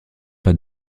pas